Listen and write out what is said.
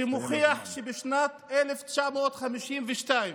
שמוכיח שבשנת 1952,